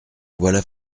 voilà